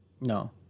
No